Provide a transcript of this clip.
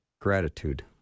gratitude